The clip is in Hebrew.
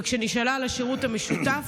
וכשנשאלה על השירות המשותף,